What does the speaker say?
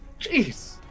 Jeez